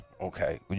Okay